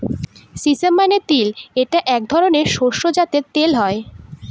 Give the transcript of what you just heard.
sesame মানে তিল এটা এক ধরনের শস্য যাতে তেল হয়